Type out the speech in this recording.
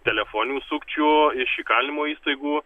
telefoninių sukčių iš įkalinimo įstaigų